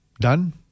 done